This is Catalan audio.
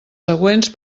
següents